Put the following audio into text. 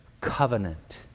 covenant